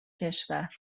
کشور